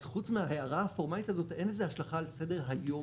אז חוץ מההערה הפורמלית הזאת אין איזו השלכה על סדר היום